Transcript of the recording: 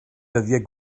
dyddiau